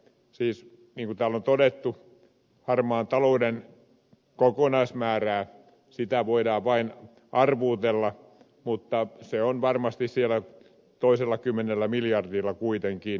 niin kuin täällä on todettu harmaan talouden kokonaismäärää voidaan vain arvuutella mutta se on varmasti toisellakymmenellä miljardilla kuitenkin